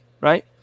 right